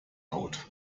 haut